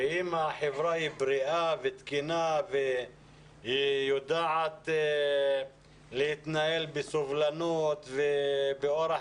ואם החברה היא בריאה ותקינה והיא יודעת להתנהל בסובלנות ובאורח